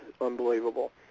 unbelievable